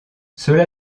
cela